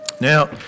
Now